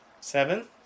Seven